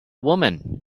woman